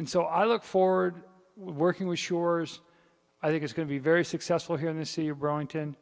and so i look forward with working with sure i think it's going to be very successful here in the city of growing to